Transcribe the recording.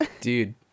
Dude